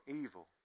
evil